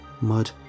mud